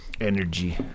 energy